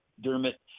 Dermot